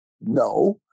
no